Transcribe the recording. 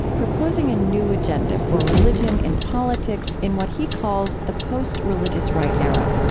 proposing a new agenda for religion in politics in what he calls the post-religious right era.